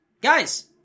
Guys